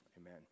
amen